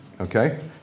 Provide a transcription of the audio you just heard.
Okay